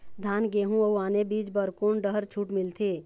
धान गेहूं अऊ आने बीज बर कोन डहर छूट मिलथे?